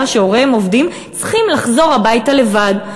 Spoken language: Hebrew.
שהוריהם עובדים צריכים לחזור הביתה לבד.